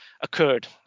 occurred